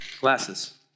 glasses